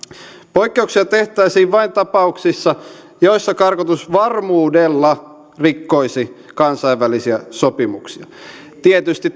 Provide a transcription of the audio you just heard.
poikkeuksia tehtäisiin vain tapauksissa joissa karkotus varmuudella rikkoisi kansainvälisiä sopimuksia tietysti